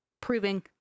proving